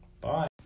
Bye